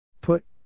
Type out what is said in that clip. Put